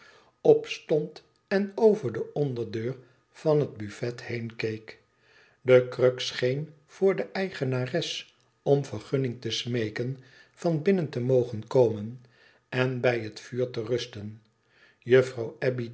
opstond en over de onderdeur van het buffet heen keek de kruk scheen voor de eigenares om vergunning te smeeken van binnen te mogen komen en bij het vuur te rusten juffrouw